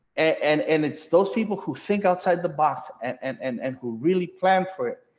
and and it's those people who think outside the box and and and and who really plan for it,